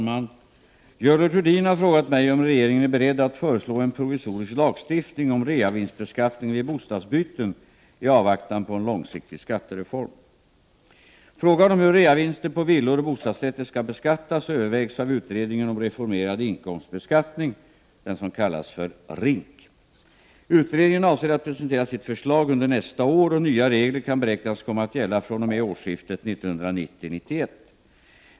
Herr talman! Görel Thurdin har frågat mig om regeringen är beredd att föreslå en provisorisk lagstiftning om reavinstbeskattningen vid bostadsbyten i avvaktan på en långsiktig skattereform. Frågan om hur reavinster på villor och bostadsrätter skall beskattas övervägs av utredningen om reformerad inkomstbeskattning, RINK. Utredningen avser att presentera sitt förslag under nästa år, och nya regler kan beräknas komma att gälla fr.o.m. årsskiftet 1990-1991.